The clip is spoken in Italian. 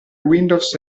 windows